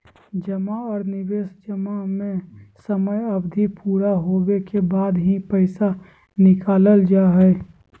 जमा आर निवेश जमा में समय अवधि पूरा होबे के बाद ही पैसा निकालल जा हय